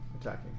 attacking